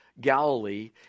Galilee